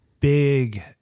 big